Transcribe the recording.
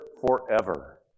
forever